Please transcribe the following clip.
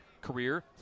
career